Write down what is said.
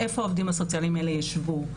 איפה העובדים הסוציאליים האלה ישבו,